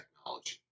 technology